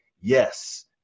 yes